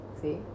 see